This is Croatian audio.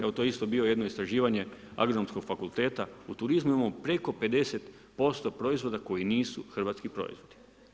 Evo to je isto bio jedno istraživanje agronomskog fakulteta u turizmu imamo preko 50% proizvoda koji nisu hrvatski proizvodi.